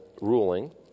ruling